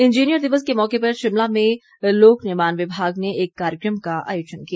engineer दिवस के मौके पर शिमला में लोक निर्माण विभाग ने एक कार्यक्रम का आयोजन किया